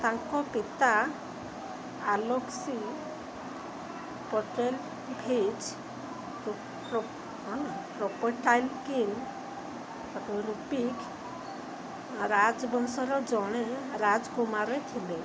ତାଙ୍କ ପିତା Alexei Petrovich Kropotkin Rurik ରାଜବଂଶର ଜଣେ ରାଜକୁମାର ଥିଲେ